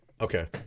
Okay